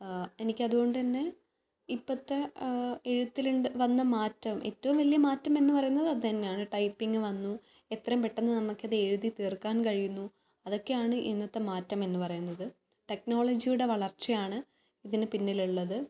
എനിക്കതുകൊണ്ട് തന്നെ ഇപ്പോഴത്തെ എഴുത്തിലുണ്ട് വന്ന മാറ്റം ഏറ്റവും വലിയ മാറ്റം എന്ന് പറയുന്നത് അത് തന്നെയാണ് ടൈപ്പിങ്ങ് വന്നു എത്രയും പെട്ടെന്ന് നമുക്ക് ഇത് എഴുതി തീർക്കാൻ കഴിയുന്നു അതൊക്കെയാണ് ഇന്നത്തെ മാറ്റം എന്ന് പറയുന്നത് ടെക്നോളോജിയുടെ വളർച്ചയാണ് ഇതിന് പിന്നിലുള്ളത്